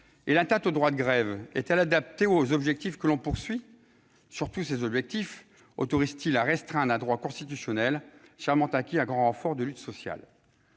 Et l'atteinte au droit de grève est-elle adaptée aux objectifs que l'on vise ? Surtout, ces objectifs autorisent-ils à restreindre un droit constitutionnel, chèrement acquis à grand renfort de luttes sociales